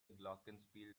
glockenspiel